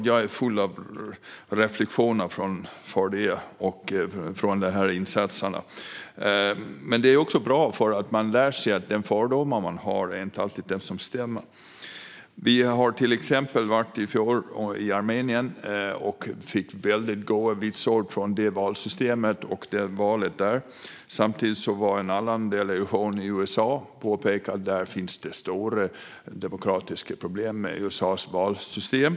Jag har fullt av reflektioner från de insatserna. Det är också bra eftersom man lär sig att de fördomar man har inte alltid stämmer. Vi har till exempel i fjol varit i Armenien. Vi fick väldigt goda vitsord från det valsystemet och valet där. Samtidigt var en annan delegation i USA. Den påpekade att det där finns stora demokratiska problem med USA:s valsystem.